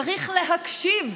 צריך להקשיב,